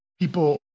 people